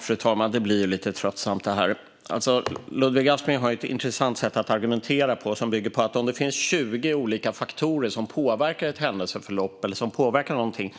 Fru talman! Det här blir lite tröttsamt. Ludvig Aspling har ett intressant sätt att argumentera på som bygger på att om det finns 20 olika faktorer som påverkar ett händelseförlopp eller något annat